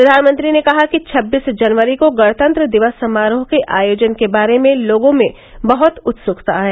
प्रधानमंत्री ने कहा कि छब्बीस जनवरी को गणतंत्र दिवस समारोह के आयोजन के बारे में लोगों में बहत उत्सुकता है